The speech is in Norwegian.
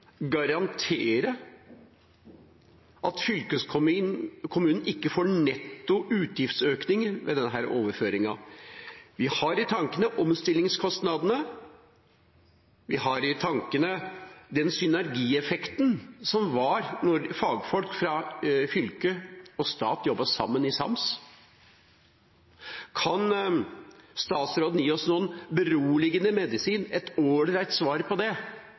garantere at fylkeskommunen ikke får netto utgiftsøkninger ved denne overføringen? Vi har i tankene omstillingskostnadene, vi har i tankene den synergieffekten som var da fagfolk fra fylket og stat jobbet sammen i sams. Kan statsråden gi oss noen beroligende medisin, et all right svar på det,